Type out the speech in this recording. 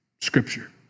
scripture